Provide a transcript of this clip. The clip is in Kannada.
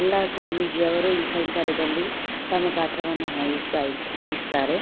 ಎಲ್ಲಾ ಸ್ವಾಮೀಜಿಯವರು ಈ ಕೈಂಕರ್ಯದಲ್ಲಿ ತಮ್ಮ ಪಾತ್ರವನ್ನು ವಹಿಸ್ತಾ ಇದು ವಹಿಸ್ತಾರೆ